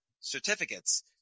certificates